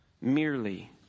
merely